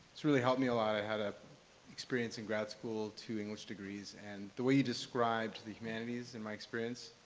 it's really helped me a lot. i had an ah experience in grad school, two english degrees, and the way you described the humanities, in my experience,